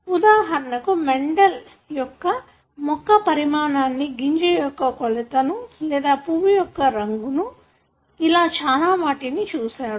ఉదాహరణకు మెండెల్ మొక్క యొక్క పరిమాణాన్ని గింజ యొక్క కొలతను లేదా పువ్వు యొక్క రంగును ఇలా చాలా వాటిని చూసాడు